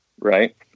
right